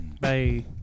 Bye